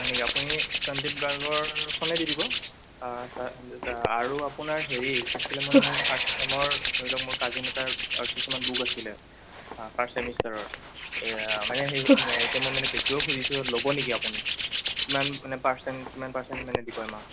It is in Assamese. হয় নেকি আপুনি সন্দিপ গাৰ্গৰ খনেই দি দিব আচ্ছা হিন্দুজা আৰু আপোনাৰ হেৰি কি আছিলে মানে মোৰ ফাৰ্ষ্ট চেমৰ ধৰি লওক মোৰ কাজিন এটাৰ কিছুমান বুক আছিলে ফাৰ্ষ্ট চেমিষ্টাৰৰ এয়া মানে সেই এতিয়া মই মানে বেচিব খুজিছোঁ ল'ব নেকি আপুনি কিমান মানে পাৰ্চেণ্ট কিমান পাৰ্চেণ্ট মানে দিব এমাউণ্ট